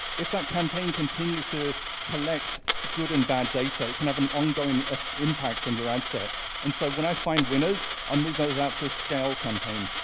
if that campaign continues to collect good and bad data, it can have an ongoing ah impact on your ad set and so, when i find winners, i move those out to a scale campaign.